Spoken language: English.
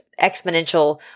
exponential